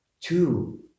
Two